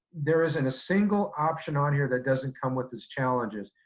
there isn't a single option on here that doesn't come with its challenges.